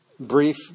Brief